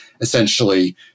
essentially